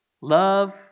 love